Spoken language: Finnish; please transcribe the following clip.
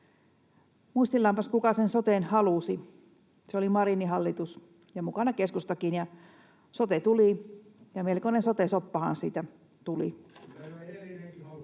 Muistellaanpas, kuka sen soten halusi. Se oli Marinin hallitus, ja mukana oli keskustakin. Sote tuli, ja melkoinen sote-soppahan siitä tuli.